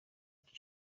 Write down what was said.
gice